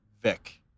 Vic